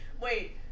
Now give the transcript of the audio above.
Wait